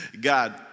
God